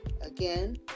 Again